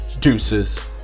deuces